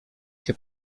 się